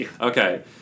okay